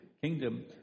kingdom